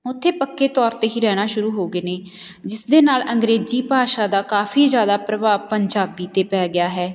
ਉਥੇ ਪੱਕੇ ਤੌਰ 'ਤੇ ਹੀ ਰਹਿਣਾ ਸ਼ੁਰੂ ਹੋ ਗਏ ਨੇ ਜਿਸ ਦੇ ਨਾਲ ਅੰਗਰੇਜ਼ੀ ਭਾਸ਼ਾ ਦਾ ਕਾਫੀ ਜ਼ਿਆਦਾ ਪ੍ਰਭਾਵ ਪੰਜਾਬੀ 'ਤੇ ਪੈ ਗਿਆ ਹੈ